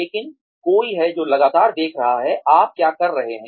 लेकिन कोई है जो लगातार देख रहा है आप क्या कर रहे हैं